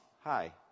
hi